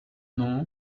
nom